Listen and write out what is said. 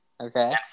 Okay